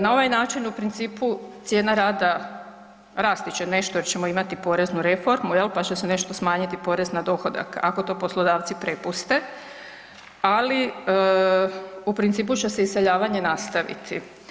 Na ovaj način u principu cijena rada rasti će nešto jer ćemo imati poreznu reformu pa će se nešto smanjiti porez na dohodak, ako to poslodavci prepuste, ali u principu će se iseljavanje nastaviti.